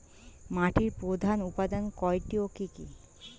মাটির প্রধান উপাদান কয়টি ও কি কি?